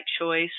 choice